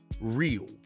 real